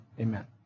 Amen